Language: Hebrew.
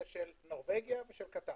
זה של נורבגיה ושל קטאר.